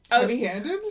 Heavy-handed